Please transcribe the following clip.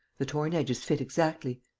the torn edges fit exactly.